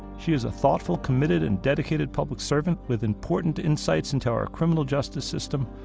she is a thoughtful, committed and dedicated public servant with important insights into our criminal justice system.